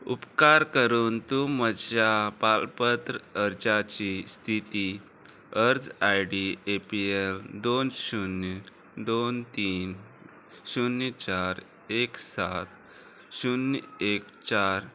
उपकार करून तूं म्हज्या पारपत्र अर्जाची स्थिती अर्ज I D A P L दोन शुन्य दोन तीन शुन्य चार एक सात शुन्य एक चार